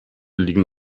liegen